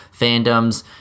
fandoms